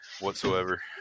whatsoever